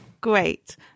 Great